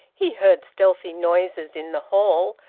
he heard stealthy noises in the hall,